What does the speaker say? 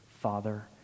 Father